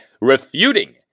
refuting